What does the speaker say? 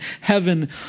heaven